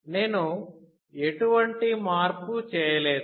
నేను ఎటువంటి మార్పు చేయలేదు